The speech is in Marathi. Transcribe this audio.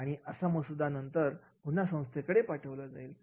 आणि असा मसुदा नंतर पुन्हा संस्थेकडे पाठवला जाईल